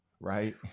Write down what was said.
Right